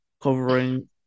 covering